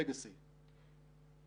גם הצגתי את זה בחתך של מערכים.